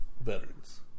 veterans